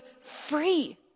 free